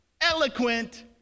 eloquent